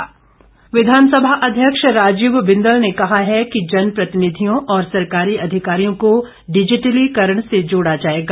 राजीव बिंदल विधानसभा अध्यक्ष राजीव बिंदल ने कहा है कि जनप्रतिनिधियों और सरकारी अधिकारियों को डिजिटलीकरण से जोड़ा जाएगा